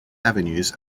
avenues